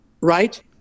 right